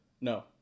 No